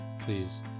please